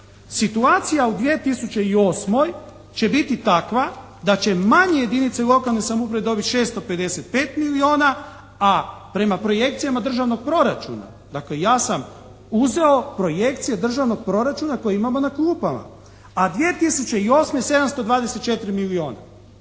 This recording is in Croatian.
Situacija u 2008. će biti takva da će manje jedinice lokalne samouprave dobiti 655 milijuna, a prema projekcijama državnog proračuna. Dakle, ja sam uzeo projekcije državnog proračuna koji imamo na klupama, a 2008. 724 milijuna.